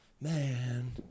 Man